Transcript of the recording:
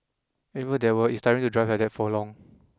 even if there were it is tiring to drive like that for long